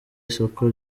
isoko